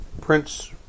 Prince